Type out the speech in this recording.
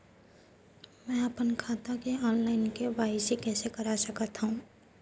मैं अपन खाता के ऑनलाइन के.वाई.सी कइसे करा सकत हव?